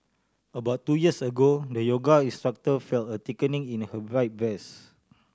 about two years ago the yoga instructor felt a thickening in her right breast